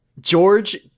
george